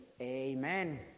Amen